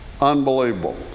unbelievable